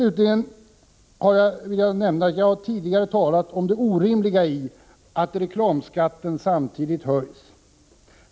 Jag har tidigare talat om det orimliga i att reklamskatten samtidigt höjs.